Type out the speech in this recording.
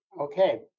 okay